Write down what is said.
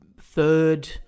third